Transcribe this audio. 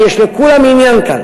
כי לכולם יש כאן